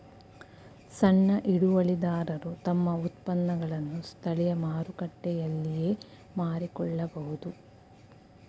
ಸಣ್ಣ ಹಿಡುವಳಿದಾರರು ತಮ್ಮ ಉತ್ಪನ್ನಗಳನ್ನು ಸ್ಥಳೀಯ ಮಾರುಕಟ್ಟೆಯಲ್ಲಿಯೇ ಮಾರಿಕೊಳ್ಳಬೋದು